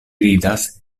ridas